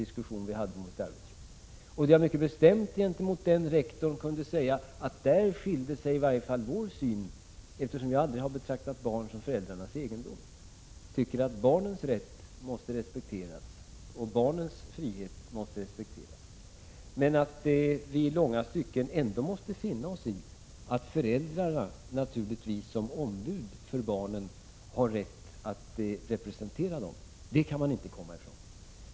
Gentemot denne rektor kunde jag då mycket bestämt säga att vårt synsätt skilde sig, eftersom jag aldrig har betraktat barn som föräldrarnas egendom. Jag tycker att barnens rätt och barnens frihet måste respekteras. Men att vi i långa stycken måste finna oss i att föräldrarna, naturligtvis som ombud för barnen, har rätt att representera dem kan man inte komma ifrån.